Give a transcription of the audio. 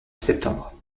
septembre